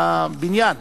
בבניין.